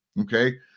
Okay